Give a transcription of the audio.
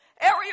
area